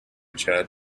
jet